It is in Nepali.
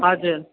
हजुर